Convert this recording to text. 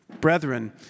Brethren